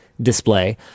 display